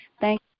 thank